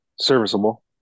Serviceable